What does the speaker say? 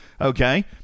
Okay